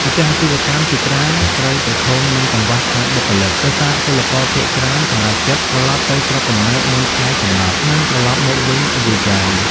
ម្ចាស់អាជីវកម្មជាច្រើនត្រូវប្រឈមនឹងកង្វះខាតបុគ្គលិក ដោយសារពលករភាគច្រើនសម្រេចចិត្តត្រឡប់ទៅស្រុកកំណើតមុនថ្ងៃកំណត់ និងត្រឡប់មកវិញយឺតយ៉ាវ។